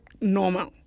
Normal